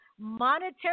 monetary